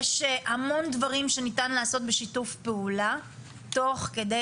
יש המון דברים שניתן לעשות בשיתוף פעולה תוך כדי